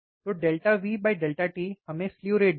तो V t हमें slew rate देगा